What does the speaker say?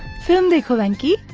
film like venky.